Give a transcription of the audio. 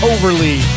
Overly